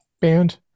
band